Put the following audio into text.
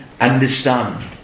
understand